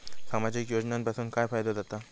सामाजिक योजनांपासून काय फायदो जाता?